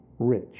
rich